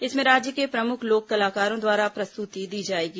इसमें राज्य के प्रमुख लोक कलाकारों द्वारा प्रस्तुति दी जाएगी